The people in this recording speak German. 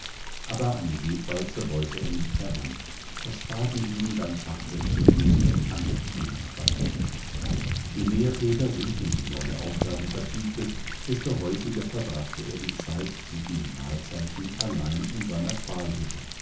aber an die webwalze wollte er nicht heran das fadenheben beim fachwechsel mußte anders gehen fand er je mehr peter sich in die neue aufgabe vertiefte desto häufiger verbrachte er die zeit zwischen den mahlzeiten allein in seiner